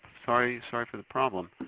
sorry sorry for the problem.